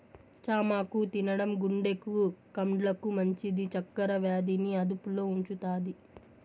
చామాకు తినడం గుండెకు, కండ్లకు మంచిది, చక్కర వ్యాధి ని అదుపులో ఉంచుతాది